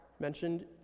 mentioned